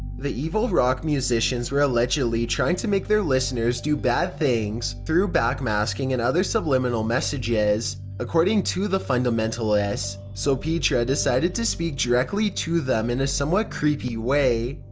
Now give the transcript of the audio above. the evil rock musicians were allegedly trying to make their listeners do bad things through backmasking and other subliminal messages, messages, according to the fundamentalists. so petra decided to speak directly to them in a somewhat creepy way.